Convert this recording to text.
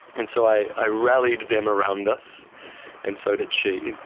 and so i rallied them around us and so did she, and